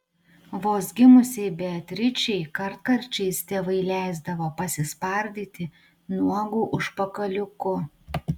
vos gimusiai beatričei kartkarčiais tėvai leisdavo pasispardyti nuogu užpakaliuku